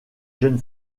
jeunes